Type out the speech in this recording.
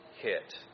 hit